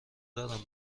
دارم